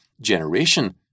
generation